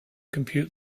compute